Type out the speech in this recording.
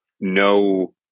No